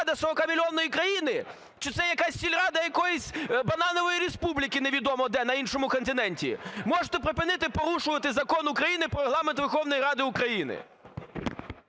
Можете припинити порушувати Закон України "Про Регламент Верховної Ради України"?!